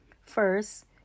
First